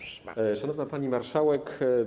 Szanowna Pani Marszałek!